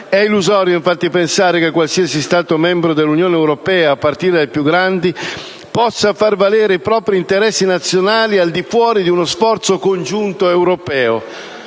È illusorio infatti pensare che qualsiasi Stato membro dell'Unione europea, a partire dai più grandi, possa far valere i propri interessi nazionali al di fuori di uno sforzo congiunto europeo.